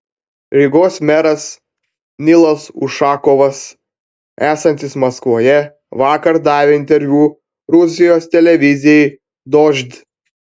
rygos meras nilas ušakovas esantis maskvoje vakar davė interviu rusijos televizijai dožd